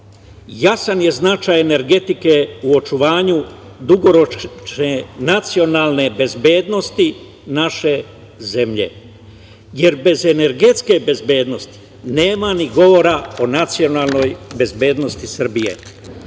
jasan je značaj energetike u očuvanju dugoročne nacionalne bezbednosti naše zemlje, jer bez energetske bezbednosti nema ni govora o nacionalnoj bezbednosti Srbije. Zato